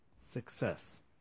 success